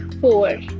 four